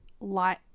light